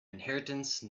inheritance